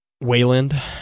Wayland